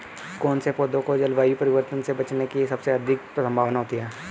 कौन से पौधे को जलवायु परिवर्तन से बचने की सबसे अधिक संभावना होती है?